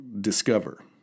discover